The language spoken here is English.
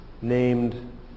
named